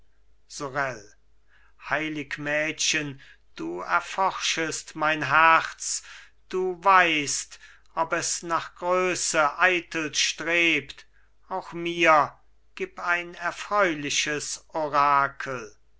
heilig mädchen du erforschest mein herz du weißt ob es nach größe eitel strebt auch mir gib ein erfreuliches orakel